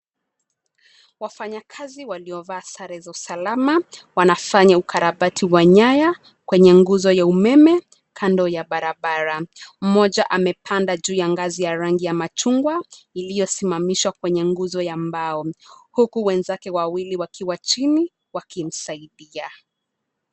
Wafanyakazi waliovaa sare za usalama, wanafanya ukarabati wa nyaya kwenye nguzo ya umeme kando ya barabara. Mmoja amepanda juu ya ngazi ya rangi ya machungwa iliyosimamishwa kwenye nguzo ya mbao, huku wenzake wawili wakiwa upande wa chini wakimsaidia.